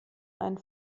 einen